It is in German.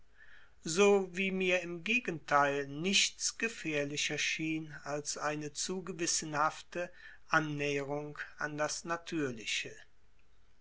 so wie mir im gegenteil nichts gefährlicher schien als eine zu gewissenhafte annäherung an das natürliche